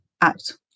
act